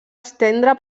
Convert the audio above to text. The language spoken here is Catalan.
estendre